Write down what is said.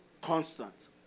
constant